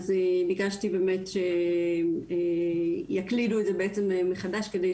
אז ביקשתי באמת שיקלידו את זה בעצם מחדש על מנת